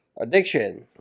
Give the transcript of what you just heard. addiction